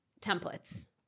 templates